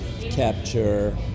capture